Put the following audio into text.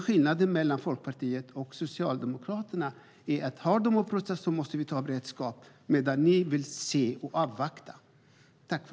Skillnaden mellan Folkpartiet och Socialdemokraterna är att om de har upprustat anser vi att vi måste ha beredskap medan Socialdemokraterna vill avvakta och se.